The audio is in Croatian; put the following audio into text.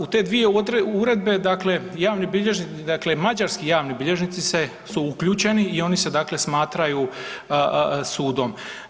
U te dvije uredbe dakle javni bilježnici dakle mađarski javni bilježnici se, su uključeni i oni se dakle smatraju sudom.